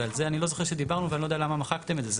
ועל זה אני לא זוכר שדיברנו ואני לא יודע למה מחקתם את זה.